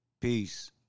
Peace